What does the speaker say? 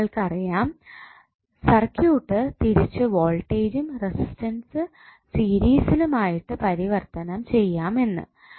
ഇനി നിങ്ങൾക് അറിയാം സർക്യൂട്ട് തിരിച്ചു വോൾടേജും റെസിസ്റ്റൻസ് സീരിസിലും ആയിട്ട് പരിവർത്തനം ചെയാം എന്ന്